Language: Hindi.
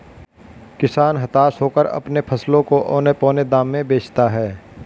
किसान हताश होकर अपने फसलों को औने पोने दाम में बेचता है